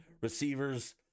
Receivers